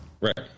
right